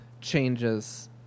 changes